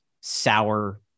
sour